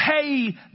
pay